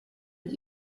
und